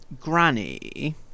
Granny